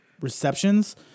receptions